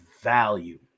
value